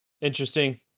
Interesting